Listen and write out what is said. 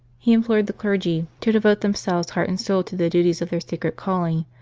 he implored the clergy to devote them selves heart and soul to the duties of their sacred calling,